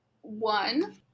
one